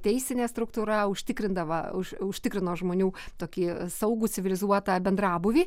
teisinė struktūra užtikrindavo užtikrino žmonių tokį saugų civilizuotą bendrabūvį